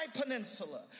Peninsula